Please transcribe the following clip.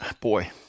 boy